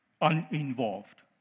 Uninvolved